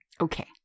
Okay